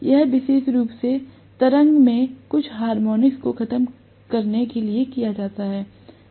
यह विशेष रूप से तरंग में कुछ हार्मोनिक्स को खत्म करने के लिए किया जाता है